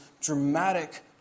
dramatic